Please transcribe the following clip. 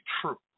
true